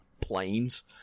planes